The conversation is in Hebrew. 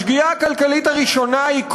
השגיאה הכלכלית הראשונה היא,